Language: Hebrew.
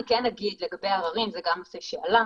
אני אגיד לגבי עררים, זה גם נושא שעלה.